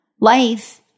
life